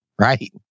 Right